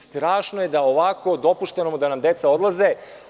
Strašno je da ovako dopuštate da nam deca odlaze.